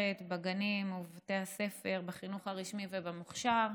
בגנים ובבתי הספר בחינוך הרשמי ובמוכש"ר.